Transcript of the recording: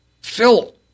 Phil